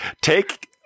take